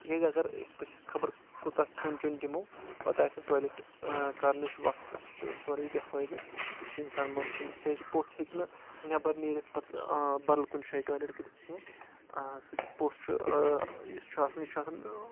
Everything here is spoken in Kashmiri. تِکیٛازِ اگر أسۍ پٔژھِس خبر کوتاہ کھٮ۪ون چٮ۪ون دِمو پتہٕ آسہِ نہٕ ٹولیٹ کرنٕچ وتھ سُہ چھُ سورُے بےٚ فٲیدٕ بیٚیہِ چھُ انسان مندشان تہِ تِکیٛازِ بوٚژھ ہٮ۪کہِ نہٕ بیٚبر نیٖرِتھ پتہٕ بدل کُنہِ جایہِ ٹولیٹ کٔرِتھ کینٛہہ سُہ پوٚژھ چھُ یُس چھُ آسان یہِ چھُ آسان